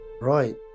right